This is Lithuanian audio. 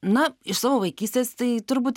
na iš savo vaikystės tai turbūt